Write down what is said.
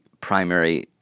primary